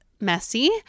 messy